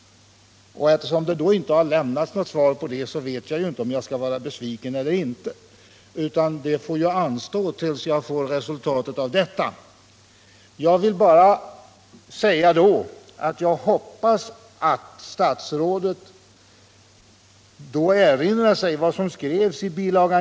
Eftersom Torsdagen den det inte lämnades något svar på denna hemställan, vet jag inte om jag skall 19 januari 1978 vara besviken eller inte — den bedömningen får anstå tills jag har fått se vad den leder till. Jag vill bara säga att jag hoppas att statsrådet då skall erinra sig följande uttalande på s. 2 i bil.